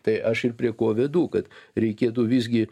tai aš ir prie ko vedu kad reikėtų visgi